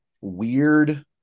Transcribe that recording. weird